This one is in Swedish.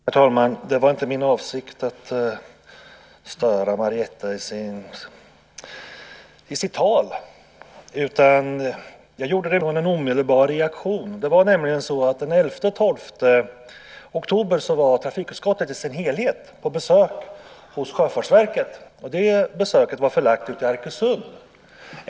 Herr talman! Det var inte min avsikt att störa Marietta i hennes tal. Jag gjorde det utifrån en omedelbar reaktion. Den 11 och 12 oktober var hela trafikutskottet på besök vid Sjöfartsverket. Besöket var förlagt till Arkesund.